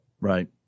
Right